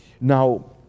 Now